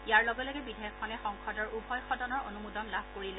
ইয়াৰ লগে লগে বিধেয়কখনে সংসদৰ উভয় সদনৰ অনুমোদন লাভ কৰিলে